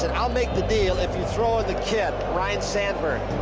and i'll make the deal if you throw in the kid, ryne sandberg.